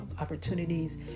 opportunities